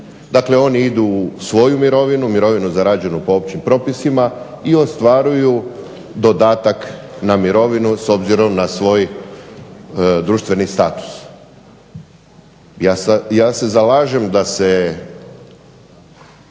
Dakle, oni idu u svoju mirovinu, mirovinu zarađenu po općim propisima, i ostvaruju dodatak na mirovinu s obzirom na svoj društveni status. Ja se zalažem da se